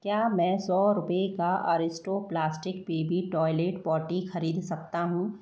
क्या मैं सौ रुपये का Aristo plastic baby toilet potty खरीद सकता हूँ